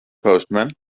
postman